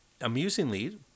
Amusingly